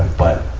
but,